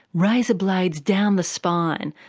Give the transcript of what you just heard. razor blades down the spine,